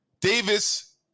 Davis